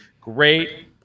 Great